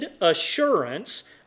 assurance